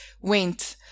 went